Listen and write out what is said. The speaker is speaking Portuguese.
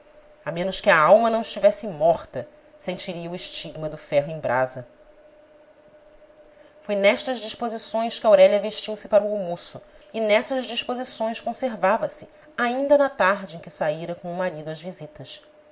a menos que a alma não estivesse morta sentiria o estigma do ferro em brasa foi nestas disposições que aurélia vestiu-se para o almoço e nessas disposições conservava-se ainda na tarde em que saíra com o marido às visitas